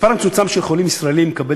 מספר מצומצם של חולים ישראלים מקבלים